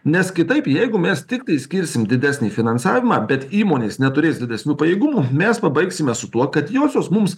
nes kitaip jeigu mes tiktai skirsim didesnį finansavimą bet įmonės neturės didesnių pajėgumų mes pabaigsime su tuo kad josios mums